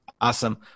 Awesome